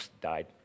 died